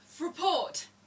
Report